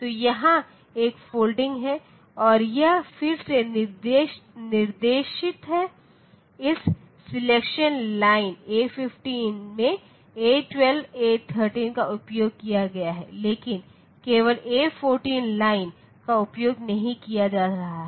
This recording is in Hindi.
तो यहां एक फोल्डिंग है और यह फिर से निर्देशित है इस सिलेक्शन लाइन A15 में A12 A13 का उपयोग किया गया है लेकिन केवल A14 लाइन का उपयोग नहीं किया जा रहा है